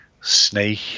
snake